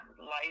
life